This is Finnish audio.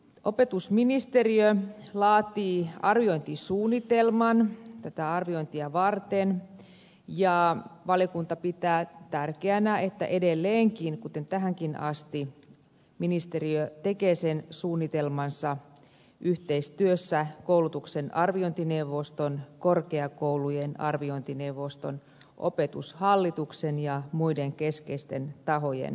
opetusministeriö laatii arviointisuunnitelman tätä arviointia varten ja valiokunta pitää tärkeänä että edelleenkin kuten tähänkin asti ministeriö tekee sen suunnitelmansa yhteistyössä koulutuksen arviointineuvoston korkeakoulujen arviointineuvoston opetushallituksen ja muiden keskeisten tahojen kanssa